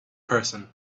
person